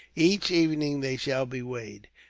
each evening they shall be weighed.